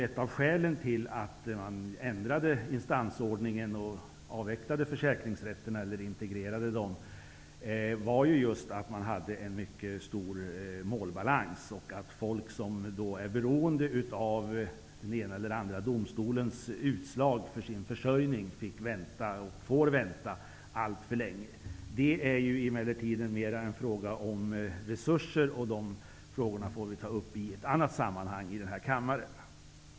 Ett av skälen till att man ändrade instansordningen och avvecklade försäkringsrätterna eller integrerade dem var just att det fanns en mycket stor målbalans och att folk som är beroende av den ena eller den andra domstolens utslag för sin försörjning fick vänta alltför länge. Det är emellertid mer en fråga om resurser, och den får vi ta upp i annat sammanhang i denna kammare.